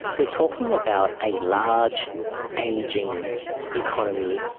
we are talking about a large ageing economy.